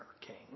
king